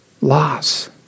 loss